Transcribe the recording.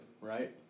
right